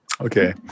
Okay